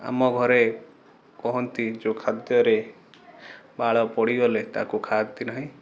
ଆମ ଘରେ କହନ୍ତି ଯେଉଁ ଖାଦ୍ୟରେ ବାଳ ପଡ଼ିଗଲେ ତାକୁ ଖାଆନ୍ତି ନାହିଁ